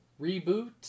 reboot